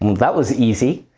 that was easy.